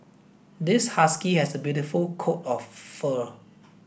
this husky has a beautiful coat of fur